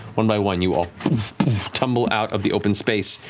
one by one you all tumble out of the open space,